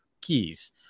keys